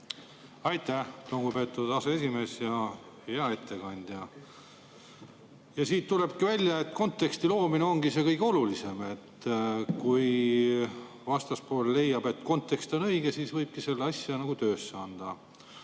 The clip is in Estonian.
Aitäh, lugupeetud aseesimees! Hea ettekandja! Siit tulebki välja, et konteksti loomine on kõige olulisem. Kui vastaspool leiab, et kontekst on õige, siis võibki selle asja töösse anda.